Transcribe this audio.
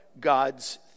God's